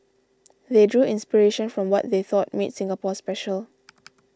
they drew inspiration from what they thought made Singapore special